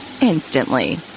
instantly